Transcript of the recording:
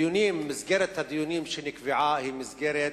מסגרת הדיונים שנקבעה היא מסגרת